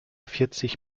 vierzig